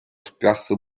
spiazzo